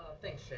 thanks, jay.